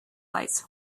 lights